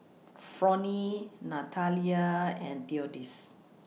Fronie Natalia and Theodis